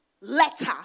letter